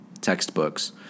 textbooks